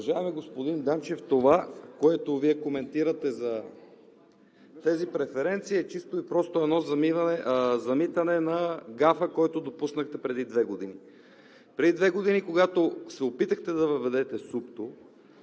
Уважаеми господин Данчев, това, което Вие коментирате за тези преференции, е чисто и просто едно замитане на гафа, който допуснахте преди две години. Преди две години, когато се опитахте да въведете СУПТО,